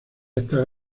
estas